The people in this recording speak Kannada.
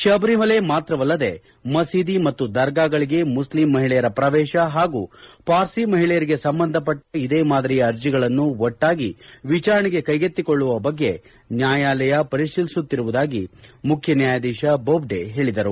ಶಬರಿಮಲೆ ಮಾತ್ರವಲ್ಲದೇ ಮಸೀದಿ ಮತ್ತು ದರ್ಗಾಗಳಗೆ ಮುಸ್ಲಿಂ ಮಹಿಳೆಯರ ಪ್ರವೇಶ ಹಾಗೂ ಪಾರ್ಸಿ ಮಹಿಳೆಯರಿಗೆ ಸಂಬಂಧಪಟ್ಟ ಇದೇ ಮಾದರಿಯ ಅರ್ಜಿಗಳನ್ನೂ ಒಟ್ಟಾಗಿ ವಿಚಾರಣೆಗೆ ಕೈಗೆತ್ತಿಕೊಳ್ಳುವ ಬಗ್ಗೆ ನ್ಯಾಯಾಲಯ ಪರಿಶೀಲಿಸುತ್ತಿರುವುದಾಗಿ ಮುಖ್ಯ ನ್ಯಾಯಾಧೀಶ ಬೊಬ್ಡೆ ಹೇಳಿದರು